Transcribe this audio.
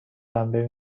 پنبه